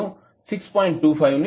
25 ని పొందుతాము